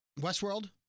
Westworld